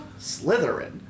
Slytherin